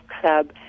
club